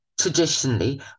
traditionally